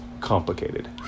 complicated